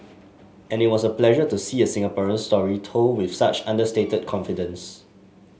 and it was a pleasure to see a Singaporean story told with such understated confidence